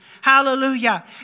Hallelujah